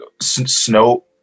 snow